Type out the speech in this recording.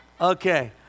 Okay